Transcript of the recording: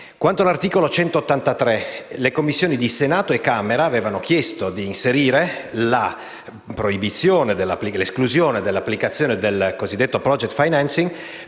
Quanto all'articolo 183, le Commissioni di Senato e Camera avevano chiesto di inserire l'esclusione dell'applicazione del cosiddetto *project financing*